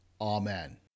Amen